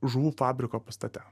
žuvų fabriko pastate